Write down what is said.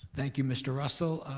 thank you, mr. russell.